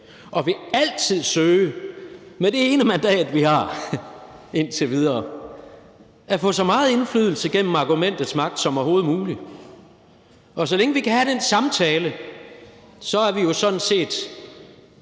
og altid vil søge – med det ene mandat, vi har indtil videre – at få så meget indflydelse gennem argumentets magt som overhovedet muligt. Og så længe vi kan have den samtale, er vi jo sådan set